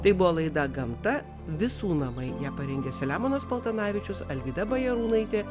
tai buvo laida gamta visų namai ją parengė selemonas paltanavičius alvyda bajarūnaitė